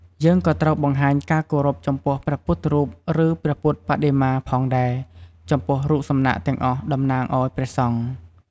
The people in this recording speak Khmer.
យើងក៏ត្រូវបង្ហាញការគោរពចំពោះព្រះពុទ្ធរូបឬ ព្រះពុទ្ធបដិមា ផងដែរ ព្រោះរូបសំណាកទាំងអស់តំណាងឲ្យព្រះសង្ឃ។